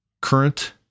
current